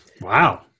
Wow